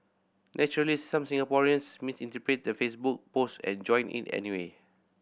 naturally some Singaporeans misinterpreted the Facebook post and joined it anyway